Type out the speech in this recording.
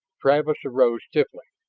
travis arose stiffly.